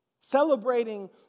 Celebrating